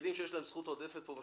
היחידים שיש להם זכות עודפת פה זה